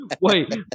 Wait